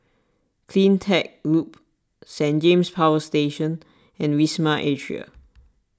CleanTech Loop Saint James Power Station and Wisma Atria